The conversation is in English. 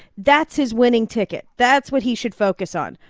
that's his winning ticket. that's what he should focus on.